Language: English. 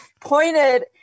pointed